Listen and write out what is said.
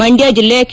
ಮಂಡ್ನ ಜಿಲ್ಲೆ ಕೆ